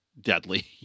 deadly